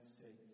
say